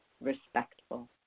respectful